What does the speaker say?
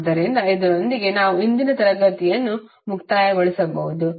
ಆದ್ದರಿಂದ ಇದರೊಂದಿಗೆ ನಾವು ಇಂದಿನ ತರಗತಿಯನ್ನು ಮುಕ್ತಾಯಗೊಳಿಸಬಹುದು